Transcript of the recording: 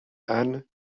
anne